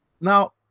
Now